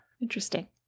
Interesting